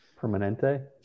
Permanente